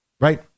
right